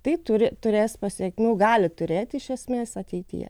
tai turi turės pasekmių gali turėti iš esmės ateityje